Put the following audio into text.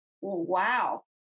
Wow